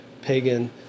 pagan